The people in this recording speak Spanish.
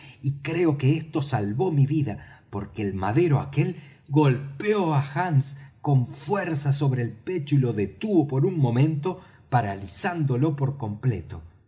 y creo que ésto salvó mi vida porque el madero aquel golpeó á hands con fuerza sobre el pecho y lo detuvo por un momento paralizándolo por completo